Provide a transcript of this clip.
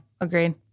agreed